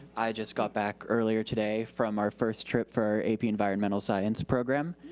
i just got back earlier today from our first trip for ap environmental science program.